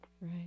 Right